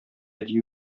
дию